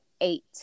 eight